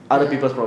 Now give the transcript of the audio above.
ya